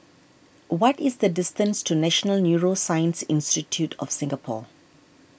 what is the distance to National Neuroscience Institute of Singapore